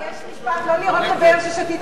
יש משפט: לא לירוק לבאר ששתית ממנה.